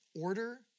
Order